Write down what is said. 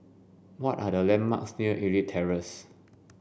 what are the landmarks near Elite Terrace